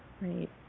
Right